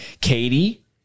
Katie